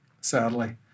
sadly